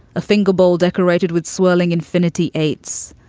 a finger bowl decorated with swirling infinity eights,